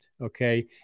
Okay